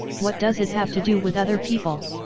what does it have to do with other people!